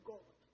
God